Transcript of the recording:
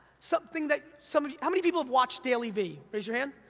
something that some of you, how many people have watched dailyvee? raise your hand.